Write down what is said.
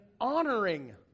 honoring